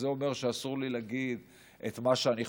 אז זה אומר שאסור לי להגיד את מה שאני חושב?